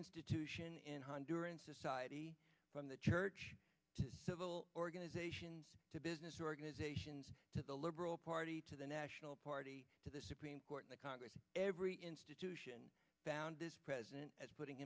institution in honduran society from the church to civil organizations to business organizations to the liberal party to the national party to the supreme court to congress every institution bound this president as putting